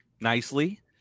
nicely